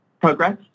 progress